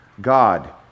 God